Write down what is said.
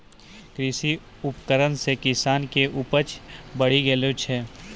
कृषि उपकरण से किसान के उपज बड़ी गेलो छै